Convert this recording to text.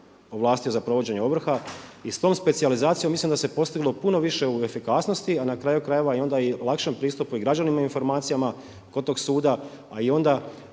ovlastio za provođenje ovrha i s tom specijalizacijom mislim da se postiglo puno više u efikasnosti, a na kraju krajeva i onda i lakšem pristupu i građanima i informacijama kod tog suda, a onda